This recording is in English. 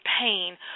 pain